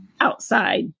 outside